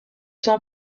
ceux